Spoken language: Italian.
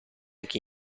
che